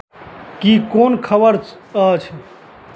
की कोन खबर छ् अछि